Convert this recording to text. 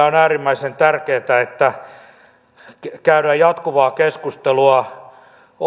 on äärimmäisen tärkeätä että käydään jatkuvaa keskustelua